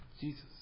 Jesus